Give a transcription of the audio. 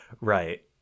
Right